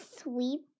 sweep